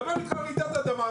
מדבר על רעידת אדמה,